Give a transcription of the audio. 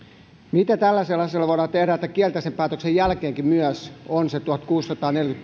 mitä tällaiselle asialle voidaan tehdä että kielteisen päätöksen jälkeenkin myös on se tuhatkuusisataaneljäkymmentäkuusi